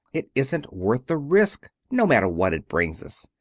it isn't worth the risk, no matter what it brings us.